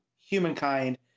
humankind